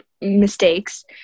mistakes